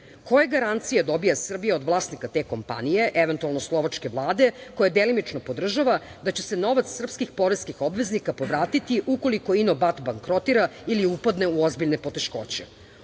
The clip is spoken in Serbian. Koja garancija dobija Srbija od vlasnika te kompanije, eventualno Slovačke Vlade, koje delimično podržava da će se novac sprskih obveznika povratiti ukoliko INOBAT bankrotira ili upadne u ozbiljne poteškoće.